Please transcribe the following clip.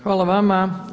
Hvala vama.